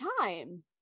time